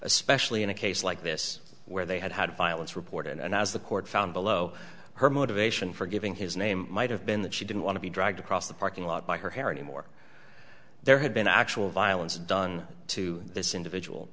especially in a case like this where they had had violence reported and as the court found below her motivation for giving his name might have been that she didn't want to be dragged across the parking lot by her hair and more there had been actual violence done to this individual